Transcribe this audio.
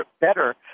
better